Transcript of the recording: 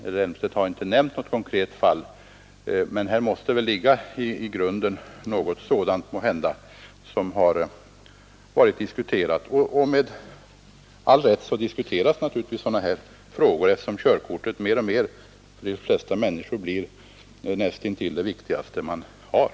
Herr Elmstedt har inte nämnt något konkret fall, men här måste väl i grunden ligga något sådant som har diskuterats, och med all rätt diskuteras sådana här frågor, eftersom körkortet för de flesta människor blivit näst intill det viktigaste man har.